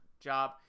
job